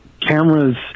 Cameras